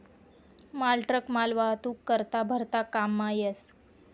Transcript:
मालट्रक मालवाहतूक करता भलता काममा येस